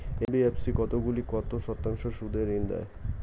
NBFC কতগুলি কত শতাংশ সুদে ঋন দেয়?